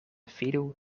fidu